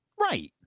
Right